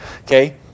okay